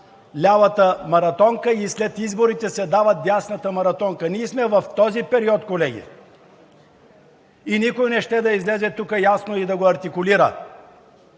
лявата маратонка и след изборите се дава дясната маратонка. Ние сме в този период, колеги. И никой не иска да излезе тук и ясно да артикулира!